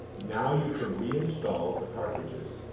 now you can reinstall the cartridges.